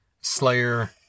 Slayer